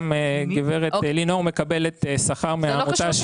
גם גב' לינור מקבלת שכר מהעמותה שהיא עובדת בה.